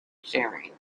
sharing